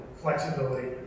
flexibility